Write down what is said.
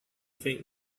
faint